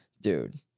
dude